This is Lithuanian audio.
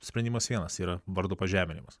sprendimas vienas yra vardo pažeminimas